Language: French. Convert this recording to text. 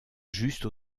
juste